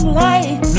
light